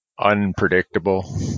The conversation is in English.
unpredictable